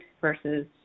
versus